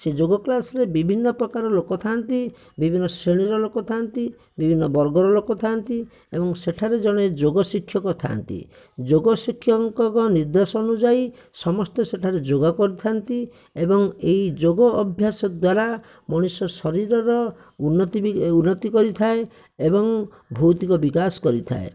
ସେ ଯୋଗ କ୍ଳାସରେ ବିଭିନ୍ନ ପ୍ରକାର ଲୋକଥାନ୍ତି ବିଭିନ୍ନ ଶ୍ରେଣୀର ଲୋକଥାନ୍ତି ବିଭିନ୍ନ ବର୍ଗର ଲୋକଥାନ୍ତି ଏବଂ ସେଠାରେ ଜଣେ ଯୋଗ ଶିକ୍ଷକ ଥାନ୍ତି ଯୋଗ ଶିକ୍ଷକଙ୍କ ନିର୍ଦେଶ ଅନୁଯାୟୀ ସମସ୍ତେ ସେଠାରେ ଯୋଗ କରିଥାନ୍ତି ଏବଂ ଏହି ଯୋଗ ଅଭ୍ୟାସ ଦ୍ଵାରା ମଣିଷ ଶରୀରର ଉନ୍ନତି ବି ଉନ୍ନତି କରିଥାଏ ଏବଂ ଭୌତିକ ବିକାଶ କରିଥାଏ